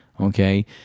Okay